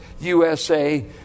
USA